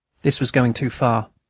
this was going too far.